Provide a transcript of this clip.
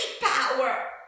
Power